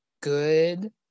good